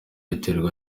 iterwa